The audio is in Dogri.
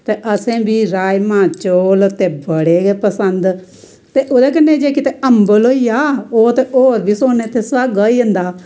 असैं बी राजमां चौल ते बड़े गै पसंद ते ओह्दै कन्नै जे कितै अम्लब होईया ओह् ते होर बी सुन्ने ते सोहागा होई जंदा